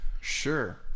Sure